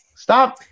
Stop